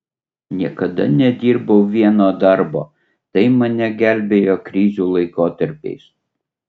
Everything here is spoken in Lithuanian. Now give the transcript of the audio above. niekada nedirbau vieno darbo tai mane gelbėjo krizių laikotarpiais